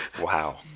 Wow